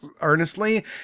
earnestly